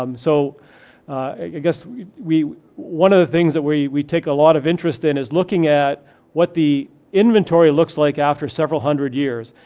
um so i guess one of the things that we we take a lot of interest in is looking at what the inventory looks like after several hundred years,